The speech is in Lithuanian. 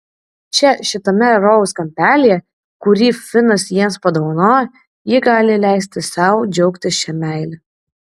čia šitame rojaus kampelyje kurį finas jiems padovanojo ji gali leisti sau džiaugtis šia meile